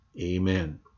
amen